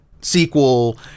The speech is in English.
sequel